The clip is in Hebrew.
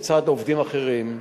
לצד עובדים אחרים.